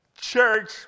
church